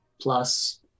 Plus